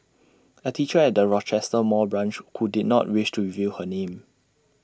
A teacher at the Rochester mall branch who did not wish to reveal her name